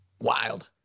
Wild